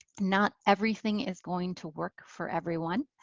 not everything is going to work for everyone.